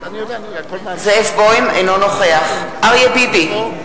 אינו נוכח אריה ביבי,